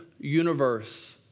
universe